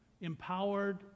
empowered